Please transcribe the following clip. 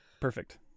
Perfect